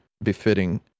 befitting